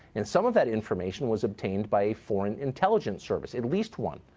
and some of that information was obtained by a foreign intelligence service. at least one.